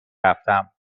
رفتم